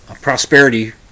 prosperity